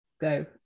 go